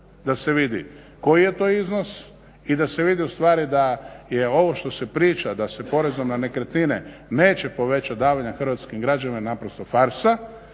da se viti koji je to iznos i da se vidi da je ovo što se priča da se porezom na nekretnine neće povećati davanja hrvatskim građanima je farsa